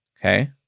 Okay